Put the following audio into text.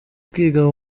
kwiga